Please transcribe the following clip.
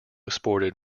sported